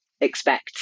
expect